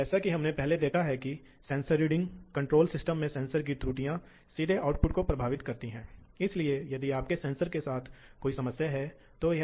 इसलिए टूल को थोड़ा ऑफसेट होना चाहिए इसलिए उन कार्यों को सेट करना होगा